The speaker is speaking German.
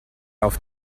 auf